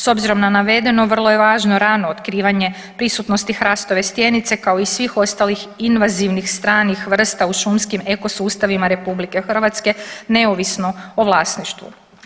S obzirom na navedeno vrlo je važno rano otkrivanje prisutnosti hrastove stjenice kao i svih ostalih invazivnih stranih vrsta u šumskim ekosustavima RH neovisno o vlasništvu.